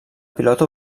pilota